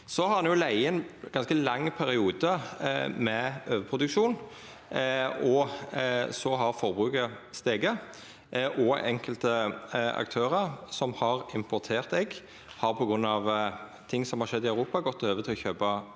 Det har vore ein ganske lang periode med overproduksjon, og så har forbruket stige. Enkelte aktørar som har importert egg, har på grunn av ting som har skjedd i Europa, gått over til å kjøpa